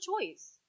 choice